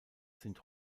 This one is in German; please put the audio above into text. sind